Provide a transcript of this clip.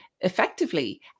effectively